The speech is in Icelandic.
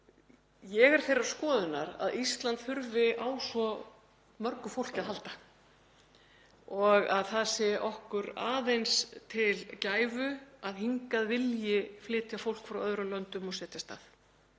Ég er þeirrar skoðunar að Ísland þurfi á svo mörgu fólki að halda og að það sé okkur aðeins til gæfu að hingað vilji flytja fólk frá öðrum löndum og setjast að.